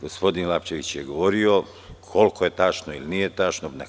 Gospodin Lapčević je govorio, koliko je to tačno ili nije tačno, neću da ulazim.